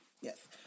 Yes